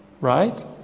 right